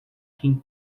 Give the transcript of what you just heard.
quem